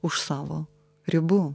už savo ribų